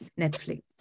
Netflix